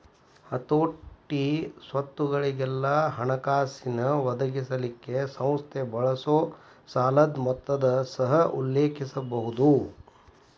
ಹತೋಟಿ, ಸ್ವತ್ತುಗೊಳಿಗೆಲ್ಲಾ ಹಣಕಾಸಿನ್ ಒದಗಿಸಲಿಕ್ಕೆ ಸಂಸ್ಥೆ ಬಳಸೊ ಸಾಲದ್ ಮೊತ್ತನ ಸಹ ಉಲ್ಲೇಖಿಸಬಹುದು